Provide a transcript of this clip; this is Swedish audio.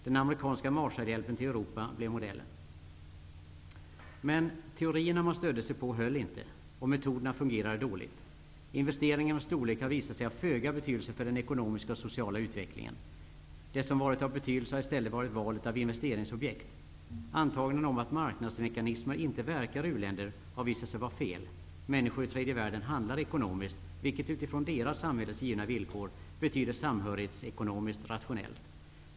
Den amerikanska Marshallhjälpen till Europa blev modellen. Teorierna man stödde sig på höll inte, och metoderna fungerade dåligt. Investeringarnas storlek har visat sig ha föga betydelse för den ekonomiska och sociala utvecklingen. Det som varit av betydelse har i stället varit valet av investeringsobjekt. Antagandena om att marknadsmekanismer inte verkar i u-länder har visat sig vara fel. Människor i tredje världen handlar ekonomiskt, vilket utifrån deras samhälles givna villkor betyder samhällsekonomiskt rationellt.